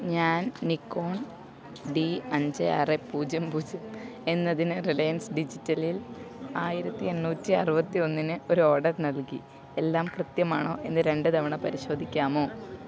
ഞാൻ Nikon D അഞ്ച് ആറ് പൂജ്യം പൂജ്യം എന്നതിന് റിലയൻസ് ഡിജിറ്റലിൽ ആയിരത്തി എണ്ണൂറ്റി ആറുപത്തി ഒന്നിന് ഒരു ഓഡർ നൽകി എല്ലാം കൃത്യമാണോ എന്ന് രണ്ടുതവണ പരിശോധിക്കാമോ